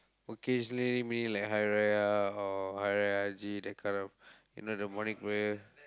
occasionally mean like Hari-Raya or Hari-Raya Haji that kind of you know the morning prayer